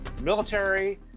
military